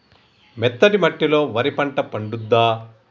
మెత్తటి మట్టిలో వరి పంట పండుద్దా?